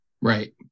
right